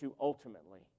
ultimately